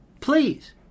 Please